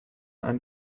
ein